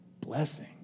blessing